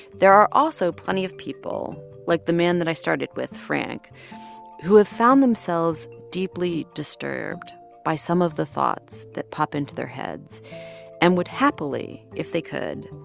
there are also plenty of people like the man that i started with, frank who have found themselves deeply disturbed by some of the thoughts that pop into their heads and would happily, if they could,